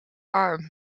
arm